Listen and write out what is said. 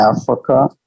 Africa